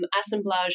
Assemblage